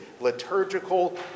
Liturgical